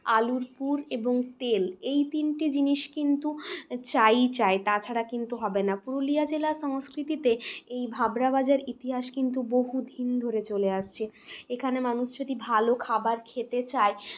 আলুর পুর এবং তেল এই তিনটে জিনিস কিন্তু চাই ই চাই তাছাড়া কিন্তু হবে না পুরুলিয়া জেলা সংস্কৃতিতে এই ভাবরা ভাজার ইতিহাস কিন্তু বহুদিন ধরে চলে আসছে এখানে মানুষ যদি ভালো খাবার খেতে চায়